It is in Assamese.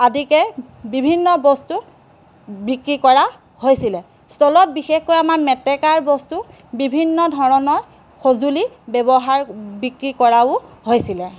আদিকে বিভিন্ন বস্তু বিক্ৰী কৰা হৈছিলে ষ্টলত বিশেষকৈ আমাৰ মেটেকাৰ বস্তু বিভিন্ন ধৰণৰ সঁজুলি ব্যৱহাৰ বিক্ৰী কৰাও হৈছিলে